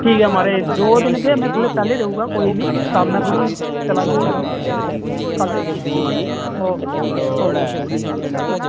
ठीक ऐ महाराज दौं दिन केह् में थोह्डे़ पैंहले देई ओड़गा कम्म ऐ थोह्डी़ चला दी परेशानी कल्ल पुज्जी जांह्ग ओ के ओ के ओके